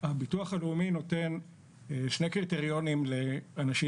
הביטוח הלאומי נותן שני קריטריונים לאנשים